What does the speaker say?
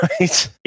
right